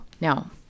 Now